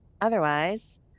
otherwise